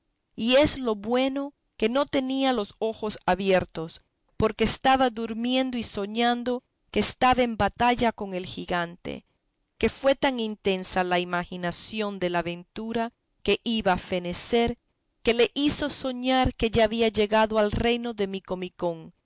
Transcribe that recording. y es lo bueno que no tenía los ojos abiertos porque estaba durmiendo y soñando que estaba en batalla con el gigante que fue tan intensa la imaginación de la aventura que iba a fenecer que le hizo soñar que ya había llegado al reino de